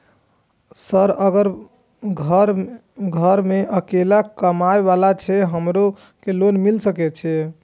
Sir अगर घर में अकेला कमबे वाला छे हमरो के लोन मिल सके छे?